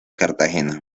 cartagena